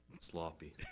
Sloppy